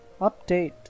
Update